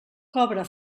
cobra